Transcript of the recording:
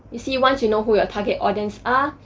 you see, once you know who your target audience ah